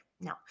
No